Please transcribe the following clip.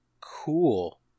cool